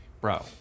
bro